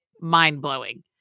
mind-blowing